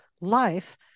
life